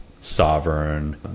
sovereign